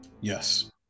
Yes